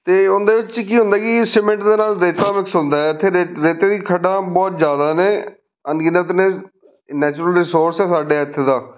ਅਤੇ ਉਹਦੇ ਵਿੱਚ ਕੀ ਹੁੰਦਾ ਕਿ ਸੀਮਿੰਟ ਦੇ ਨਾਲ ਰੇਤਾ ਮਿਕਸ ਹੁੰਦਾ ਇੱਥੇ ਰੇਤਾ ਰੇਤੇ ਦੀਆਂ ਖੱਡਾਂ ਬਹੁਤ ਜ਼ਿਆਦਾ ਨੇ ਅਨਗਿਨਤ ਨੇ ਨੈਚੁਰਲ ਰਿਸੋਰਸ ਆ ਸਾਡੇ ਇੱਥੇ ਦਾ